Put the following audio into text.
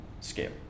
scale